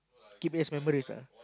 keep it as memories ah